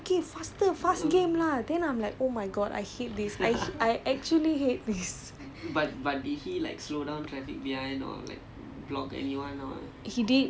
I was just like what are you doing you can't turn like this he's like பரவாயில்லை:paravaayillai lah okay okay faster fast game lah then I'm like oh my god I hate this I I I actually hate this